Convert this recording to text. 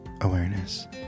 awareness